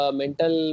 mental